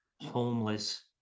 homeless